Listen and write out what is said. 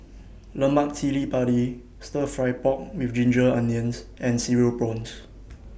Lemak Cili Padi Stir Fry Pork with Ginger Onions and Cereal Prawns